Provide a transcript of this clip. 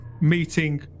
meeting